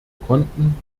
konten